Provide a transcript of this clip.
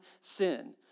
sin